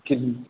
की भेल